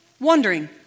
Wondering